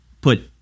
put